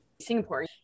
Singapore